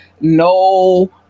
no